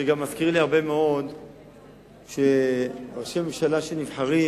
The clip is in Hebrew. שגם מזכיר לי מאוד שראשי ממשלה שנבחרים,